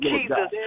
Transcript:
Jesus